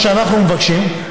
מה שאנחנו מבקשים,